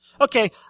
Okay